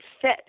fit